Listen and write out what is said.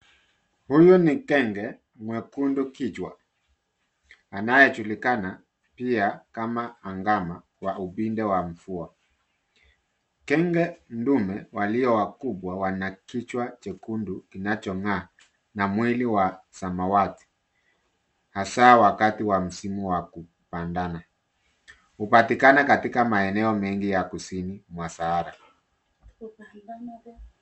Huyu ni kenge mwekundu kichwa, anayejulikana pia kama angama wa upinde wa mvua. Kenge ndume waliowakubwa wana kichwa jekundu kinacho ng'aa na mwili wa samawati, hasaa wakati wa msimu wa kupandana. Hupatikana katika maeneo mengi ya kusini masahara.